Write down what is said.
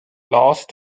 lost